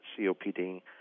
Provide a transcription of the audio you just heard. COPD